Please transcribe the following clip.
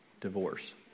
divorce